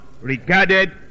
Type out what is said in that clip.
regarded